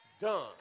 done